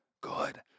Good